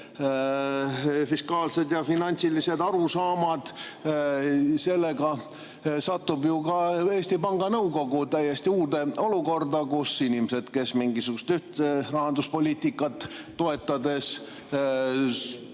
fiskaalsed ja finantsilised arusaamad. Sellega satub Eesti Panga Nõukogu täiesti uude olukorda, kus inimesed, kes on mingisugust rahanduspoliitikat toetanud,